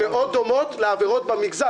ויכול להיות שנגיע להסכמה על העניין הזה.